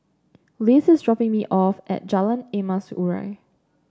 Liz is dropping me off at Jalan Emas Urai